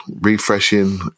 refreshing